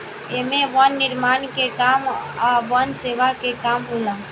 एमे वन निर्माण के काम आ वन सेवा के काम होला